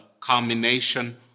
culmination